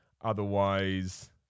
Otherwise